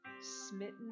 smitten